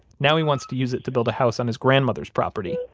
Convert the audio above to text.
now he wants to use it to build a house on his grandmother's property,